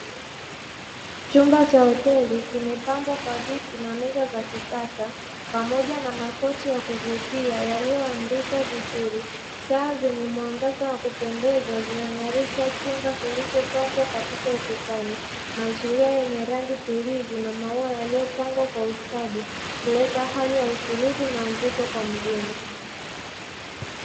Chumba cha hoteli kimepambwa kwa viti na meza za kisasa, pamoja na makochi ya kuvutia yaliyo andikwa vizuri taa zenye mwangaza, wa kupendeza zinang'arisha chumba kilichopambwa kwa picha ukutani. mazulia yenye rangi tulivu na maua yaliyopangwa kwa ustadi kuleta hali ya utulivu na mvuto kwa mgeni.